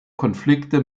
konflikte